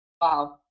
wow